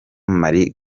marie